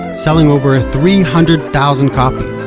selling over three-hundred-thousand copies.